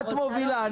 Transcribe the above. את מובילה.